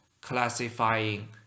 classifying